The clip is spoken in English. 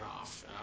off